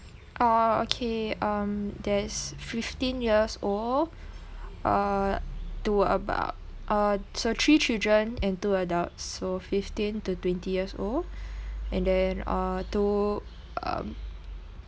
oh okay um there's fifteen years old uh to about uh so three children and two adults so fifteen to twenty years old and then uh two um